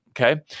Okay